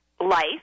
life